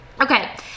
Okay